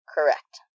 Correct